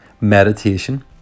meditation